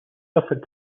suffered